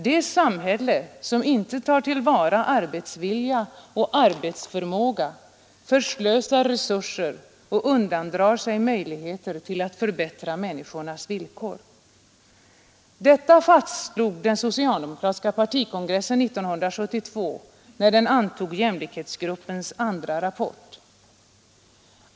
Det samhälle som inte tar till vara arbetsvilja och arbetsförmåga förslösar resurser och undandrar sig möjligheter till att förbättra människornas villkor.” Detta fastslog den socialdemokratiska partikongressen 1972 när den antog jämlikhetsgruppens andra rapport.